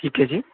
ਠੀਕ ਹੈ ਜੀ